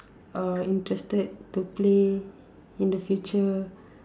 um interested to play in the future